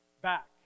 back